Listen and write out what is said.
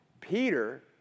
Peter